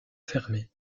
fermer